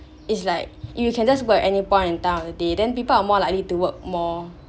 it's like you can just go any point in time of the day then people are more likely to work more